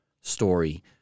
story